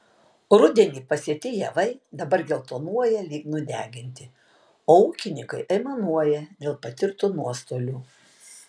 rudenį pasėti javai dabar geltonuoja lyg nudeginti o ūkininkai aimanuoja dėl patirtų nuostolių